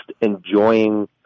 enjoying